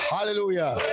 Hallelujah